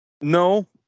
No